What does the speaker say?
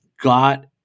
got